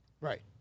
Right